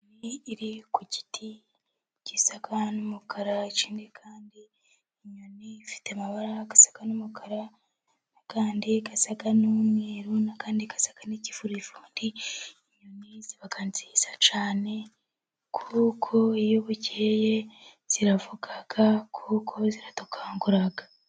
Inyoni iri ku giti gisa n'umukara, ikindi kandi inyoni ifite amabara asa n'umukara, andi asa n'umweru, n'andi asa n'ikivurivundi, inyoni ziba nziza cyane, kuko iyo bukeye ziravuga, kuko ziradukangura.